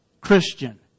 Christian